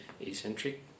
eccentric